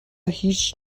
هیچ